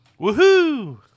Woohoo